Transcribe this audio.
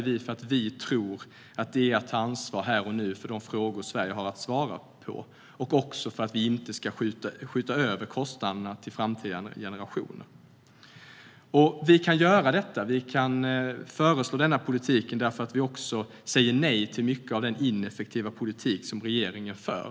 Vi tror att det är att ta ansvar här och nu för de frågor som Sverige har att svara på och också för att vi inte ska skjuta över kostnaderna till framtida generationer. Vi kan föreslå denna politik därför att vi säger nej till mycket av den ineffektiva politik som regeringen för.